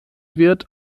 wird